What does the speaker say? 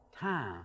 time